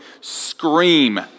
scream